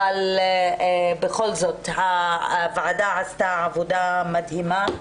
אבל בכל זאת הוועדה עשתה עבודה מדהימה.